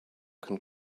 can